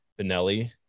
Benelli